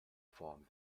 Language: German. formen